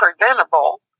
preventable